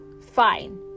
fine